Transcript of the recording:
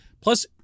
Plus